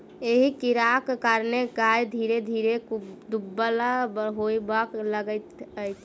एहि कीड़ाक कारणेँ गाय धीरे धीरे दुब्बर होबय लगैत छै